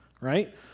right